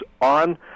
on